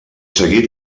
seguit